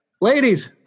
Ladies